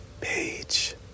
Page